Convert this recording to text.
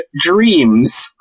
dreams